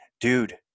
Dude